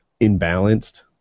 imbalanced